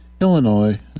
Illinois